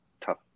Tough